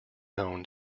owned